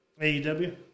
AEW